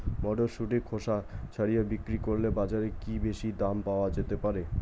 মটরশুটির খোসা ছাড়িয়ে বিক্রি করলে বাজারে কী বেশী দাম পাওয়া যেতে পারে?